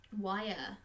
wire